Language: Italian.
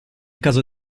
caso